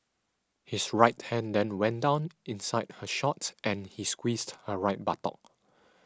his right hand then went down inside her shorts and he squeezed her right buttock